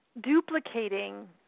duplicating